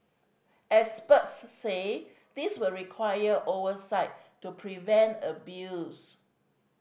experts say this will require oversight to prevent abuse